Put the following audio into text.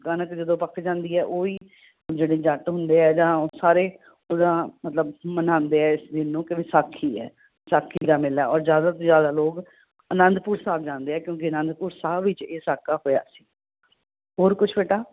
ਕਣਕ ਜਦੋਂ ਪੱਕ ਜਾਂਦੀ ਹੈ ਉਹ ਹੀ ਜਿਹੜੇ ਜੱਟ ਹੁੰਦੇ ਆ ਜਾਂ ਸਾਰੇ ਉੱਦਾਂ ਮਤਲਬ ਮਨਾਉਂਦੇ ਆ ਜਿਹਨੂੰ ਕਿ ਵਿਸਾਖੀ ਹੈ ਵਿਸਾਖੀ ਦਾ ਮੇਲਾ ਔਰ ਜ਼ਿਆਦਾ ਤੋਂ ਜ਼ਿਆਦਾ ਲੋਕ ਅਨੰਦਪੁਰ ਸਾਹਿਬ ਜਾਂਦੇ ਆ ਕਿਉਂਕਿ ਅਨੰਦਪੁਰ ਸਾਹਿਬ ਵਿੱਚ ਇਹ ਸਾਕਾ ਹੋਇਆ ਸੀ ਹੋਰ ਕੁਛ ਬੇਟਾ